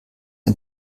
ein